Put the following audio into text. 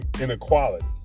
inequality